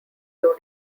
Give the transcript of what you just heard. two